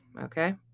okay